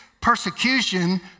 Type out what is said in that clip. persecution